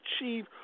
achieve